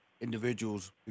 individuals –